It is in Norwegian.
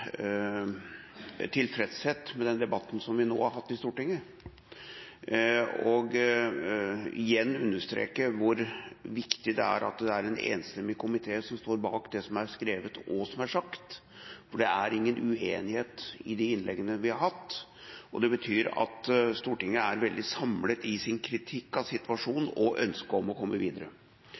tilfredshet med den debatten vi nå har hatt i Stortinget, og igjen understreke hvor viktig det er at det er en enstemmig komité som står bak det som er skrevet og sagt. Det er ingen uenighet i de innleggene vi har hatt, og det betyr at Stortinget er veldig samlet i sin kritikk av situasjonen og ønsket om å komme videre.